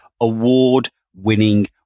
award-winning